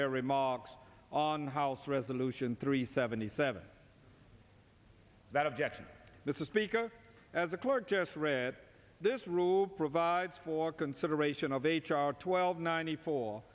their remarks on house resolution three seventy seven that objection this is because as a clerk just read this rule provides for consideration of h r twelve ninety four